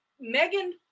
Megan